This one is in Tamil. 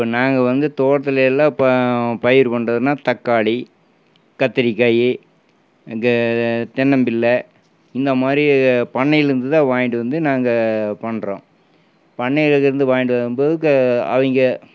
இப்போ நாங்கள் வந்து தோட்டத்தில் எல்லாம் இப்போ பயிர் பண்ணுறதுனா தக்காளி கத்திரிக்காய் தென்னம்பிள்ளை இந்தமாதிரி பண்ணைலந்துதான் வாங்கிகிட்டு வந்து நாங்கள் பண்ணுறோம் பண்ணைலந்து வாங்கிகிட்டு வரும்போது அவங்க